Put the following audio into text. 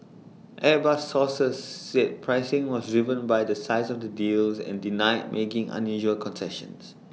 airbus sources said pricing was driven by the size of the deals and denied making unusual concessions